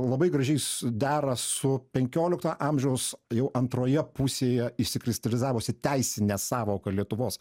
labai gražiais dera su penkiolikto amžiaus jau antroje pusėje išsikristalizavusia teisine sąvoka lietuvos